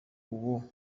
uwo